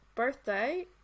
birthday